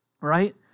right